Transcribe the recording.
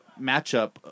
matchup